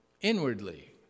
inwardly